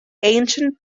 ancient